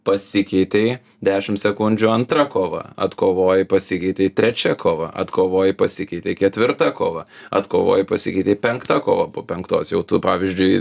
pasikeitei dešim sekundžių antra kova atkovoji pasikeitei trečia kova atkovoji pasikeitei ketvirta kova atkovoji pasikeitei penkta kova po penktos jau tu pavyzdžiui